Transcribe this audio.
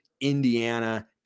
indiana